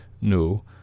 no